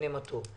הנה מה טוב.